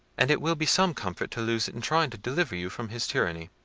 and it will be some comfort to lose it in trying to deliver you from his tyranny.